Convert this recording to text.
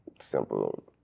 simple